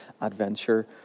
adventure